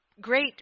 great